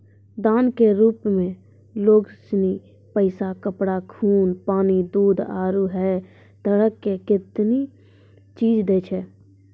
दान के रुप मे लोग सनी पैसा, कपड़ा, खून, पानी, दूध, आरु है तरह के कतेनी चीज दैय छै